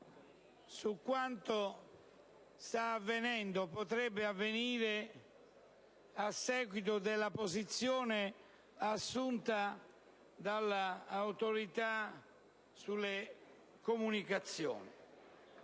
a quanto sta avvenendo e potrebbe avvenire a seguito della posizione assunta dall'Autorità per le garanzie